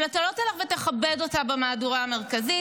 אבל אתה לא תלך ותכבד אותה במהדורה המרכזית,